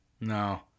no